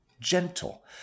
gentle